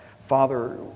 Father